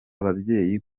ababyeyi